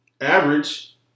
Average